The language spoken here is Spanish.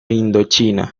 indochina